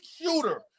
shooter